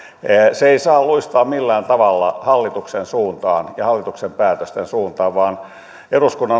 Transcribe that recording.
se ei saa luistaa millään tavalla hallituksen suuntaan ja hallituksen päätösten suuntaan vaan eduskunnan